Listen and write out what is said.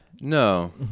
No